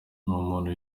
umuntu